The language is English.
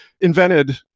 invented